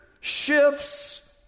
shifts